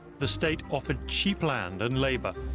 the state offered cheap land and labor,